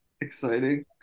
exciting